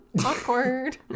Awkward